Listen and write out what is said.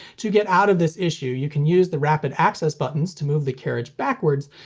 to get out of this issue, you can use the rapid access buttons to move the carriage backwards,